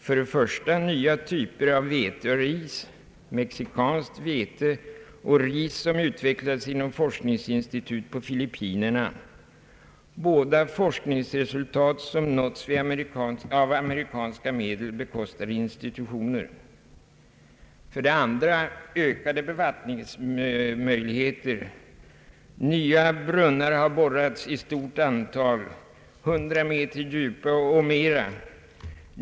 För det första nya typer av vete och ris, mexikanskt vete och ris som utvecklats inom forskningsinstitut på Filippinerna, båda forskningsresultat som nåtts vid av amerikanska medel bekostade institutioner. För det andra ökade bevattningsmöjligheter; nya brunnar har borrats i stort antal med ett djup av 100 meter och mer.